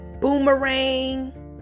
boomerang